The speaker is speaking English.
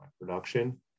production